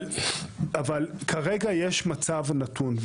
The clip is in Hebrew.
אבל כרגע יש מצב נתון.